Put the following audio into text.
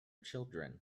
children